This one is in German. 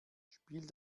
spiel